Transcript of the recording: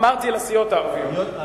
אמרתי, לסיעות הערביות.